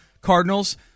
Cardinals